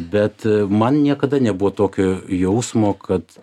bet man niekada nebuvo tokio jausmo kad